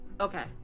Okay